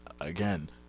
Again